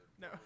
No